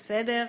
בסדר.